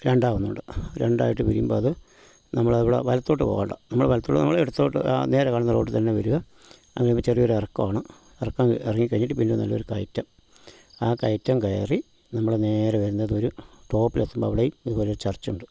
രണ്ടാമതൊന്നും കൂടെ രണ്ടായിട്ട് പിരിയുമ്പം അത് നമ്മുടെ ഇവിടെ വലത്തോട്ട് പോകണ്ട നമ്മള് വലത്തോട്ട് നമ്മള് ഇടത്തോട്ട് നേരെ കാണുന്ന റോട്ടിൽ തന്നെ വരിക അങ്ങനെ ചെരിയോരിറക്കവാണ് ഇറക്കം എ ഇറങ്ങി കഴിഞ്ഞിട്ട് പിന്നെ നല്ലൊരു കയറ്റം ആ കയറ്റം കയറി നമ്മള് നേരെ വരുന്നത് ഒരു ടോപ്പിലെത്തുമ്പം അവിടെയും ഇതുപോലെ ഒര് ചർച്ച് ഉണ്ട്